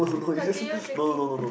continue drinking